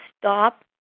stop